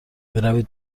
بروید